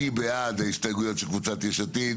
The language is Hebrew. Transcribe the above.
מי בעד ההסתייגויות של קבוצת "יש עתיד",